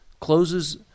closes